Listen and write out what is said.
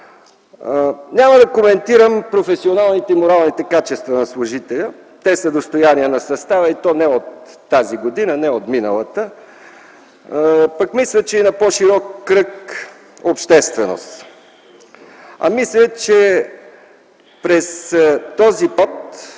Няма да коментирам професионалните и моралните качества на служителя – те са достояние на състава не от тази и миналата година, а мисля, че и на по-широк кръг общественост. Мисля, че през този период